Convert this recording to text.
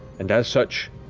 and as such,